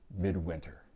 midwinter